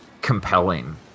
compelling